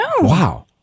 Wow